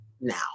now